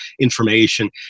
information